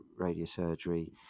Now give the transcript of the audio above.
radiosurgery